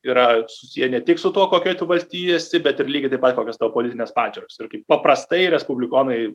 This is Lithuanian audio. yra susiję ne tik su tuo kokioj tu valstijoj esi bet ir lygiai taip pat kokias politines pažiūras ir kaip paprastai respublikonai